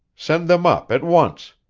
send them up at once!